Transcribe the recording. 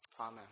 amen